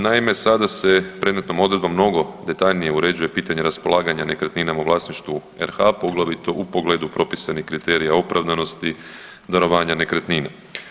Naime, sada se predmetnom odredbom mnogo detaljnije uređuje pitanje raspolaganja nekretninama u vlasništvu RH, poglavito u pogledu propisanih kriterija opravdanosti darovanja nekretnina.